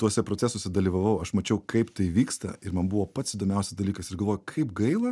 tuose procesuose dalyvavau aš mačiau kaip tai vyksta ir man buvo pats įdomiausias dalykas ir galvoju kaip gaila